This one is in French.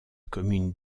commune